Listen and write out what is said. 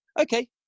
Okay